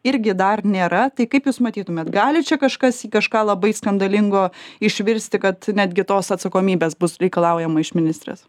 irgi dar nėra tai kaip jūs matytumėt gali čia kažkas į kažką labai skandalingo išvirsti kad netgi tos atsakomybės bus reikalaujama iš ministrės